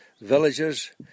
villages